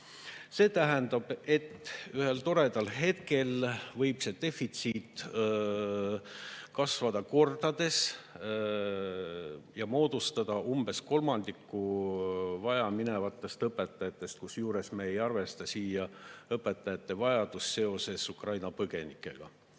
See tähendab, et ühel toredal hetkel võib see defitsiit kasvada kordades ja moodustada umbes kolmandiku vajaminevatest õpetajatest, kusjuures me ei arvesta siia õpetajate vajadust seoses Ukraina põgenikega.